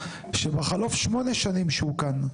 שבחלוף שמונה שנים שהוא כאן,